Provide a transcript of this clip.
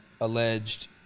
alleged